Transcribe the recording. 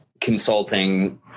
consulting